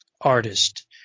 artist